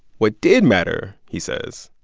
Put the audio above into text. what did matter, he says,